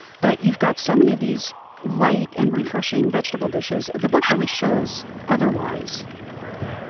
but you've got so many of these light and refreshing vegetable dishes. the book really shows otherwise yeah